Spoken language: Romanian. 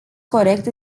corect